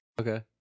Okay